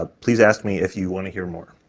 ah please ask me if you want to hear more.